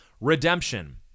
redemption